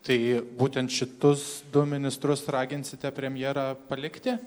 tai būtent šitus du ministrus raginsite premjerą palikti